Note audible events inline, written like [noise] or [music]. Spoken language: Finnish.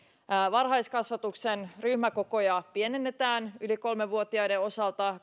varhaiskasvatuksen ryhmäkokoja pienennetään yli kolme vuotiaiden osalta [unintelligible]